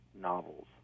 novels